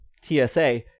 TSA